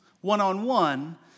one-on-one